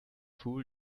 fool